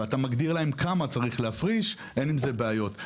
ואתה מגדיר להם כמה צריך להפריש אין עם זה בעיות.